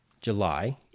July